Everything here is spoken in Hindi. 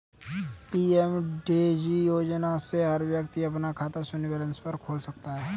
पी.एम.जे.डी योजना से हर व्यक्ति अपना खाता शून्य बैलेंस पर खोल सकता है